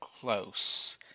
close